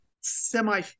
semi